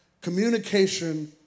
communication